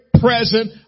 present